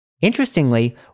Interestingly